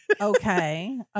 Okay